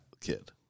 kid